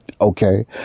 Okay